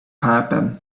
happen